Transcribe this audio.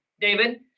david